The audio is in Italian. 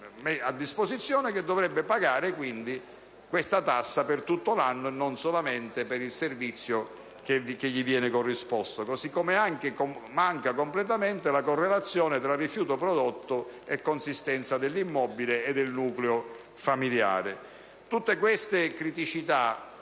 altro Comune, che si troverebbe a pagare questa tassa per tutto l'anno e non solamente per il periodo in cui gode del servizio corrisposto. Così come manca completamente la correlazione tra rifiuto prodotto e consistenza dell'immobile e del nucleo familiare. Tutte queste criticità